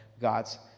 God's